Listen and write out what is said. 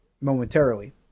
momentarily